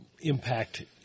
impact